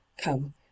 Come